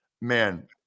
Man